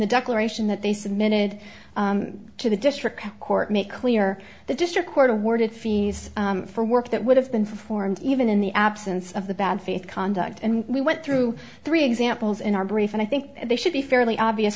the declaration that they submitted to the district court make clear the district court awarded fees for work that would have been formed even in the absence of the bad faith conduct and we went through three examples in our brief and i think they should be fairly obvious